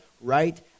right